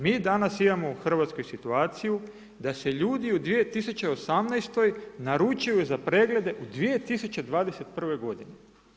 Mi danas imamo u Hrvatskoj situaciju da se ljudi u 2018. naručuju za preglede u 2021. godini.